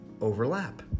overlap